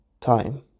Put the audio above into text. time